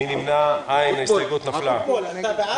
ההסתייגות נפלה.